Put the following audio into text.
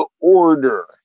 order